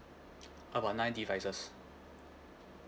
about nine devices